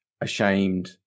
ashamed